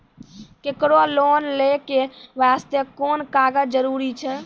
केकरो लोन लै के बास्ते कुन कागज जरूरी छै?